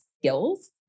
skills